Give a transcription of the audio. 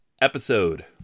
episode